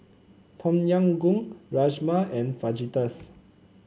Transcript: Tom Yam Goong Rajma and Fajitas